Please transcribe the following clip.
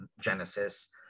Genesis